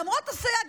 למרות הסייג,